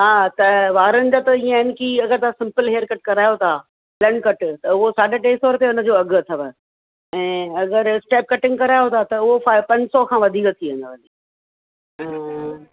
हा त वारनि जा त ईअं आहिनि की अगरि तव्हां सिंपल हैयर कट करायो था प्लेन कट त उहो साढा टे सौ रुपिया उनजो अघि अथव ऐं अगरि स्टैप कटिंग करायो त उहो फ़ाएव पंज सौ खां वधीक थी वेंदव ऐं